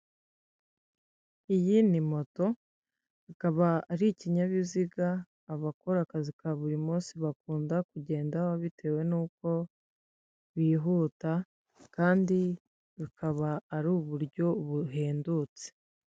Iyi ni moto, ikaba ari ikinyabiziga abakora akazi ka buri munsi bakunda kugendaho, bitewe n'uko bihuta kandi bikaba ari uburyo buhendutse.